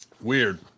Weird